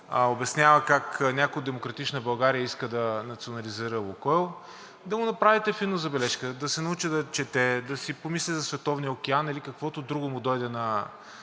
как някой от „Демократична България“ иска да национализира „Лукойл“, да му направите фино забележка – да се научи да чете, да си помисли за Световния океан или каквото друго му дойде на